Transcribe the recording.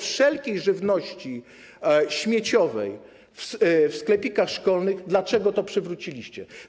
tylko wszelkiej żywności śmieciowej w sklepikach szkolnych, dlaczego to przywróciliście?